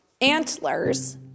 antlers